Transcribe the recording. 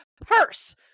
purse